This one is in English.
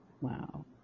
Wow